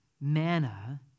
manna